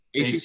ACC